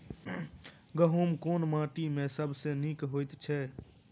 गहूम केँ माटि मे सबसँ नीक होइत छै?